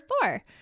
four